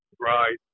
Right